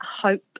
hope